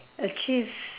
achieve